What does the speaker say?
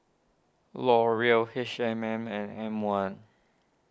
Laurier H M M and M one